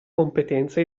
competenza